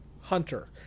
hunter